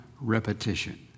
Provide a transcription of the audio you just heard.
repetition